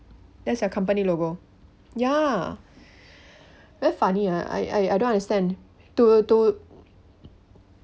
that's their company logo ya very funny I I I don't understand to to